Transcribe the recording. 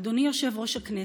אדוני יושב-ראש הכנסת,